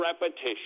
repetition